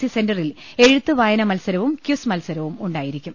C സെന്ററിൽ എഴുത്ത് വായന മത്സരവും കിസ് മത്സരവും ഉണ്ടായിരിക്കും